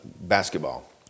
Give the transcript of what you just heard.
basketball